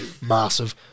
massive